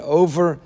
over